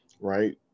right